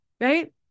right